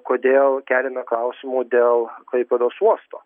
kodėl keliame klausimų dėl klaipėdos uosto